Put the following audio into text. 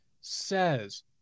says